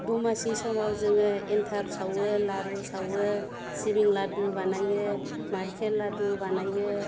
दमासि समाव जोङो एनथाब सावो लारु सावो सिबिं लादु बानायो नारखेल लादु बानायो